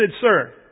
Sir